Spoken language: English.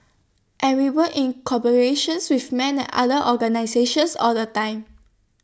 and we work in with men and other organisations all the time